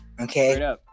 Okay